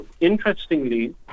Interestingly